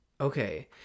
Okay